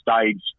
stage